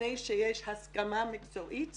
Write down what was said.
לפני שיש הסכמה מקצועית